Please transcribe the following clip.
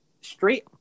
straight